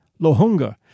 Lohunga